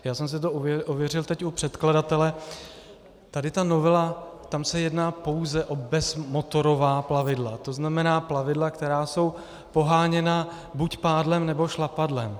Já jsem si to ověřil teď u předkladatele, tady ta novela, tam se jedná pouze o bezmotorová plavidla, to znamená plavidla, která jsou poháněna buď pádlem, nebo šlapadlem.